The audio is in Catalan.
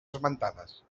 esmentades